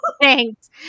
Thanks